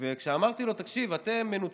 וכשאמרתי לו, תקשיב, אתם מנותקים,